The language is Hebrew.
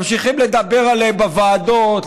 ממשיכים לדבר עליהם בוועדות,